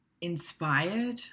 inspired